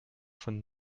von